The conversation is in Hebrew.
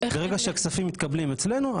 ברגע שכספים מתקבלים אצלנו,